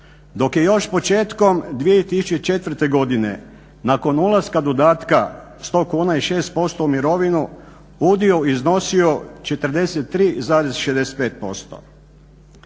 Dok je još početkom 2004. godine nakon ulaska dodatka 100 kuna i 6% u mirovinu, udio iznosio 43,65%.